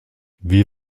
wir